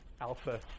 Alpha